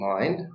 mind